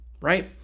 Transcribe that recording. right